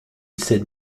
cède